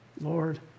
Lord